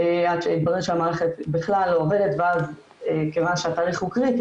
עד שהתברר שהמערכת בכלל לא עובדת ואז כיוון שהתאריך קריטי